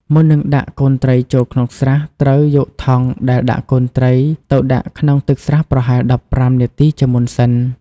មុននឹងដាក់កូនត្រីចូលក្នុងស្រះ ត្រូវយកថង់ដែលដាក់កូនត្រីទៅដាក់ក្នុងទឹកស្រះប្រហែល ១៥ នាទីជាមុនសិន។